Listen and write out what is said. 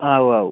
ആവും ആവും